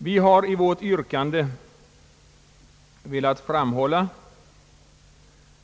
I vårt yrkande har vi velat framhålla,